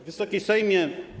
Wysoki Sejmie!